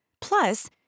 plus